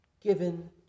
given